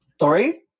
sorry